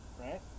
Right